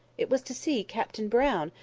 it was to see captain brown,